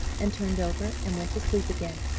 and turned over and went to sleep again.